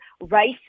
rice